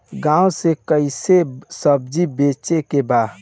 गांव से कैसे सब्जी बेचे के बा?